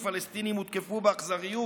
ופלסטינים הותקפו באכזריות.